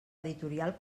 editorial